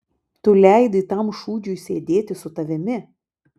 tu leidai tam šūdžiui sėdėti su tavimi